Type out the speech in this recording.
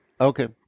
Okay